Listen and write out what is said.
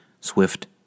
swift